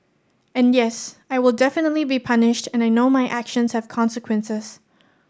and yes I will definitely be punished and I know my actions have consequences